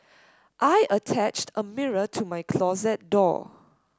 I attached a mirror to my closet door